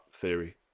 theory